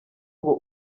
ngo